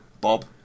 Bob